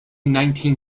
nineteen